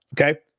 okay